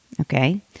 okay